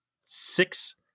six